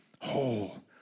whole